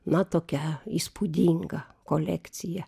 na tokia įspūdinga kolekcija